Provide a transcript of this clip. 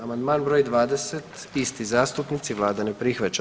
Amandman br. 20, isti zastupnici, Vlada ne prihvaća.